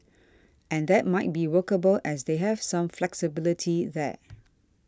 and that might be workable as they have some flexibility there